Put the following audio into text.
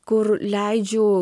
kur leidžiu